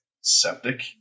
septic